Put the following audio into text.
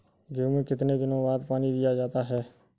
गेहूँ में कितने दिनों बाद पानी दिया जाता है?